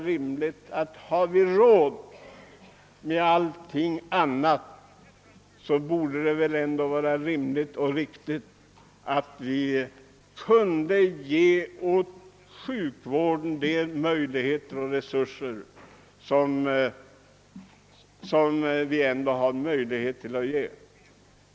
Och har vi råd med allting annat borde det ändå vara rimligt och riktigt att vi ger sjukvården de resurser som den behöver.